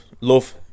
love